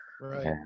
Right